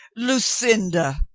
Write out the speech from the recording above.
lucinda!